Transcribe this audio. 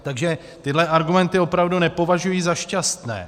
Takže tyhle argumenty opravdu nepovažuji za šťastné.